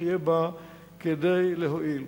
שיהיה בה כדי להועיל.